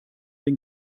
den